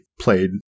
played